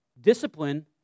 Discipline